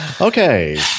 Okay